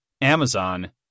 Amazon